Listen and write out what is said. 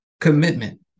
commitment